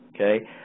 okay